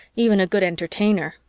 even a good entertainer.